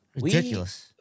Ridiculous